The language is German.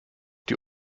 die